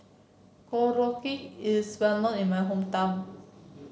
Korokke is well known in my hometown